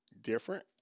different